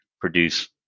produce